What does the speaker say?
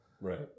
right